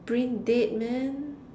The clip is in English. brain dead man